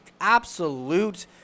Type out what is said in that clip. absolute